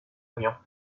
avions